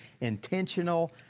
intentional